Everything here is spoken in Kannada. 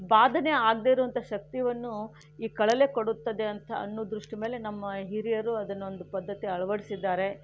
ಬಾಧೆ ಆಗದೆ ಇರೋವಂಥ ಶಕ್ತಿಯನ್ನು ಈ ಕಳಲೆ ಕೊಡುತ್ತದೆ ಅಂತ ಅನ್ನೋ ದೃಷ್ಟಿ ಮೇಲೆ ನಮ್ಮ ಹಿರಿಯರು ಅದನ್ನೊಂದು ಪದ್ಧತಿ ಅಳವಡಿಸಿದ್ದಾರೆ